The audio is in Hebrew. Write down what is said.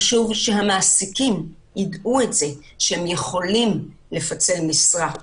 חשוב שהמעסיקים יידעו שהם יכולים לפצל משרה,